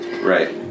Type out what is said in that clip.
Right